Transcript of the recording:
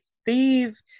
Steve